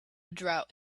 drought